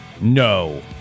No